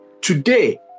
Today